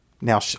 now